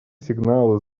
сигналы